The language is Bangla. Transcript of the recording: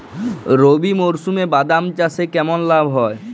রবি মরশুমে বাদাম চাষে কেমন লাভ হয়?